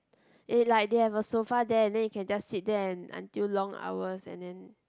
it like they have a sofa there and then you can just sit there and until long hours and then